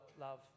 love